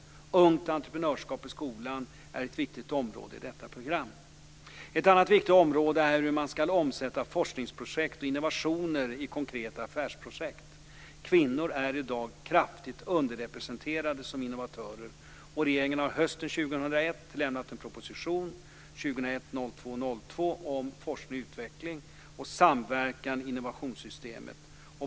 Ungt entreprenörskap i skolan är ett viktigt område i detta program. Ett annat viktigt område är hur man ska omsätta forskningsprojekt och innovationer i konkreta affärsprojekt. Kvinnor är i dag kraftigt underrepresenterade som innovatörer. Regeringen har hösten 2001 lämnat proposition 2001/02:02 om forskning och utveckling och samverkan i innovationssystemet.